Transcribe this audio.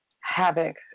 havoc